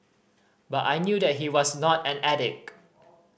but I knew that he was not an addict